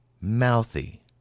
mouthy